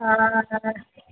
অঁ